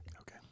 Okay